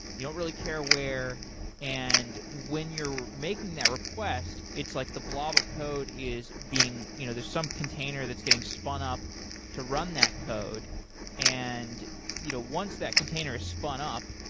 you don't really care where and when you're making that request it's like the blob of code is being you know there's some container that's getting spun up to run that code and you know once that container is spun up,